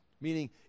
Meaning